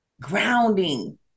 grounding